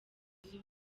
kugeza